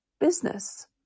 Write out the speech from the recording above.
business